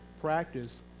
practice